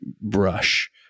brush